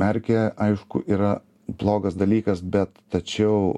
erkė aišku yra blogas dalykas bet tačiau